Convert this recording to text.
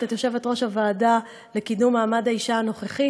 את יושבת-ראש הוועדה לקידום מעמד האישה הנוכחית.